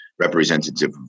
representative